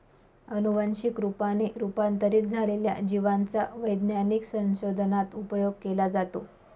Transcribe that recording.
अनुवंशिक रूपाने रूपांतरित झालेल्या जिवांचा वैज्ञानिक संशोधनात उपयोग केला जातो